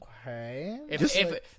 Okay